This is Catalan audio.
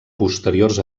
posteriors